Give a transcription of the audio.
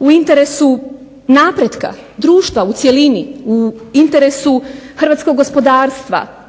u interesu napretka društva u cjelini, u interesu hrvatskog gospodarstva,